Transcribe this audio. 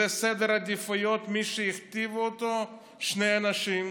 זה סדר עדיפויות שמי שהכתיבו אותו הם שני אנשים: